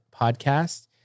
podcast